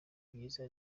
myiza